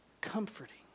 comforting